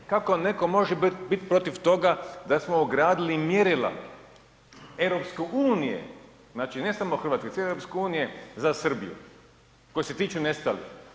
Kako netko može biti protiv toga da smo ogradili mjerila EU, znači ne samo Hrvatske, cijele EU za Srbiju koji se tiču nestalih.